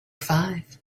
five